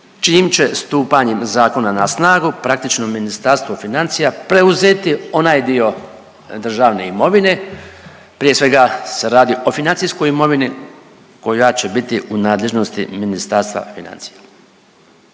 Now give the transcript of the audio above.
čijim će stupanjem zakona na snagu praktično Ministarstvo financija preuzeti onaj dio državne imovine, prije svega se radi o financijskoj imovini koja će biti u nadležnosti Ministarstva financija.